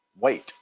wait